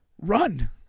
Run